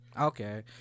Okay